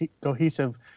cohesive